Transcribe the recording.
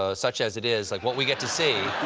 ah such as it is, like what we get to see